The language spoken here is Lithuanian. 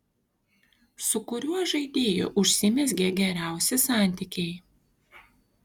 su kuriuo žaidėju užsimezgė geriausi santykiai